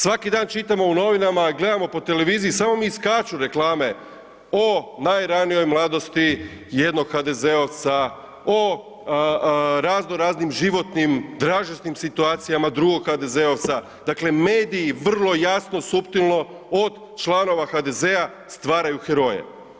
Svaki dan čitamo u novinama, gledamo po televiziji, samo mi iskaču reklame o najranijoj mladosti jednog HDZ-ovca, o razno raznim životnim dražesnim situacija drugog HDZ-ovca, dakle mediji vrlo jasno suptilno od članova HDZ-a stvaraju heroje.